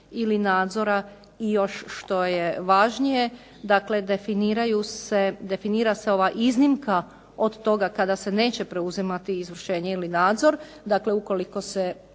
ili nadzora i još što je važnije, dakle definira se ona iznimka od toga kada se neće preuzimati izvršenje ili nadzor. Dakle ukoliko se